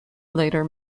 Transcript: later